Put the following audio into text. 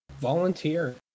volunteer